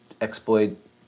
exploit